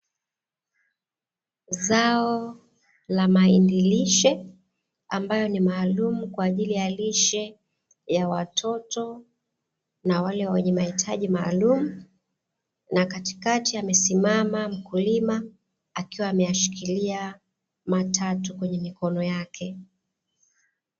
Zao la mahindi lishe ambayo ni maalumu kwa ajili ya lishe ya watoto na wale wenye mahitaji maalumu, na katikati amesimama mkulima akiwa ameyashikilia matatu kwenye mkono wake.